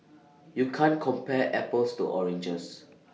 you can't compare apples to oranges